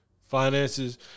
Finances